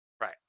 Right